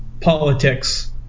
politics